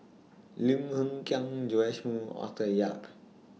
Lim Hng Kiang Joash Moo and Arthur Yap